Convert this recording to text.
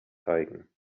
zeigen